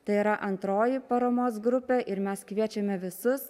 tai yra antroji paramos grupė ir mes kviečiame visus